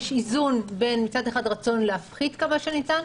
יש איזון בין מצד אחד הרצון להפחית כמה שניתן,